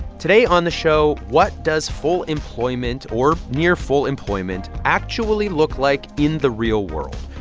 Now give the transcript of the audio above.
today on the show, what does full employment or near-full employment actually look like in the real world?